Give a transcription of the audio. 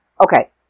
Okay